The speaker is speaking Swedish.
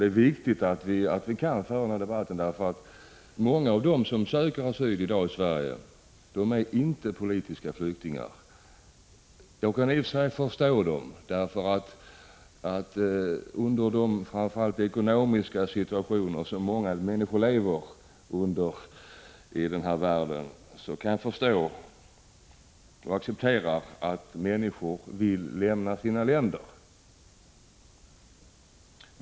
Det är viktigt att vi kan göra det, eftersom många av dem som i dag söker asyl i Sverige inte är politiska flyktingar. Jag kan i och för sig förstå dem. Med tanke på framför allt den ekonomiska situation som många människor lever i kan jag förstå och acceptera att de vill lämna sina hemländer.